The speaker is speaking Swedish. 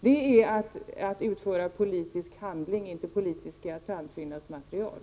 Det är att utföra en politisk handling, inte politiska tandfyllnadsmaterial.